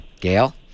Gail